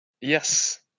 Yes